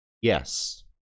Yes